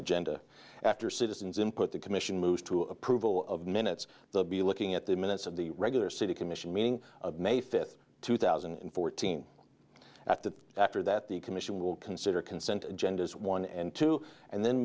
agenda after citizens input the commission moves to approval of minutes they'll be looking at the minutes of the regular city commission meeting of may fifth two thousand and fourteen at that after that the commission will consider consent agendas one and two and then